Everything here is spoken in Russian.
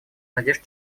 надежд